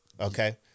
Okay